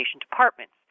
departments